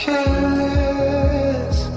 Careless